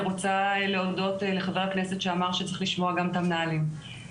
רוצה להודות לחבר הכנסת שאמר שצריך לשמוע גם את המנהלים.